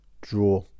draw